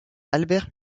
albert